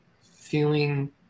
feeling